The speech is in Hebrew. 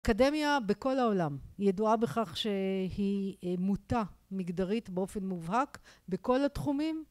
אקדמיה בכל העולם, היא ידועה בכך שהיא מוטה מגדרית באופן מובהק בכל התחומים.